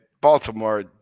Baltimore